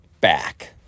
back